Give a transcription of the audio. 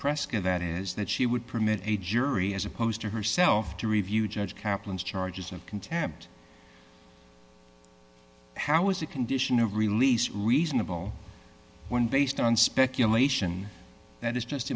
prescot that is that she would permit a jury as opposed to herself to review judge kaplan's charges of contempt how is a condition of release reasonable when based on speculation that is just